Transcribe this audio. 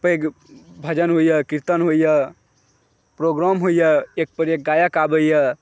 पैघ भजन होइया कीर्तन होइया प्रोग्राम होइया एक पर एक गायक अबैया